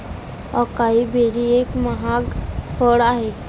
acai berry एक महाग फळ आहे